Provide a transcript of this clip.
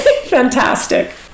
Fantastic